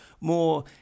more